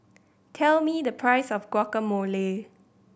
tell me the price of Guacamole